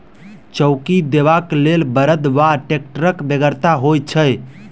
चौकी देबाक लेल बड़द वा टेक्टरक बेगरता होइत छै